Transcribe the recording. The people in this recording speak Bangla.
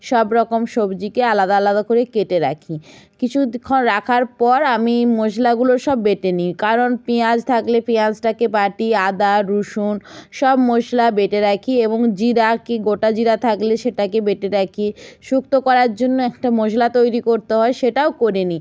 সব রকম সবজিকে আলাদা আলাদা করে কেটে রাখি কিছুক্ষণ রাখার পর আমি মশলাগুলো সব বেটে নিই কারণ পেঁয়াজ থাকলে পেঁয়াজটাকে বাটি আদা রসুন সব মশলা বেটে রাখি এবং জিরা কি গোটা জিরা থাকলে সেটাকে বেটে রাখি শুক্তো করার জন্য একটা মশলা তৈরি করতে হয় সেটাও করে নিই